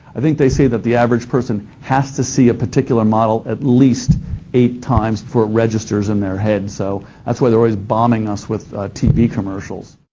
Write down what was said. i think they say that the average person has to see a particular model at least eight times before it registers in their heads. so that's why they're always bombing us with tv commercials.